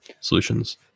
solutions